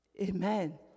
Amen